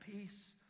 peace